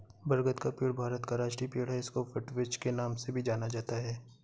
बरगद का पेड़ भारत का राष्ट्रीय पेड़ है इसको वटवृक्ष के नाम से भी जाना जाता है